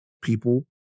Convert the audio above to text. people